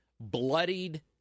bloodied